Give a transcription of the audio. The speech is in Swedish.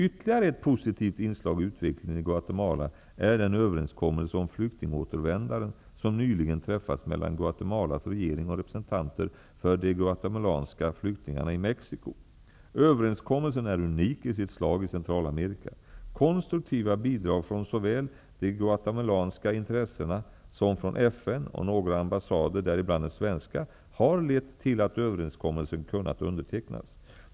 Ytterligare ett positvt inslag i utvecklingen i Guatemala är den överenskommelse om flyktingåtervändande som nyligen träffats mellan Överenskommelsen är unik i sitt slag i Centralamerika. Konstruktiva bidrag från såväl de guatemalanska intressenterna som från FN och några ambassader, däribland den svenska, har lett till att överenskommelsen kunnat undertecknas.